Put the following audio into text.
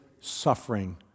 suffering